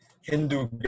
hindu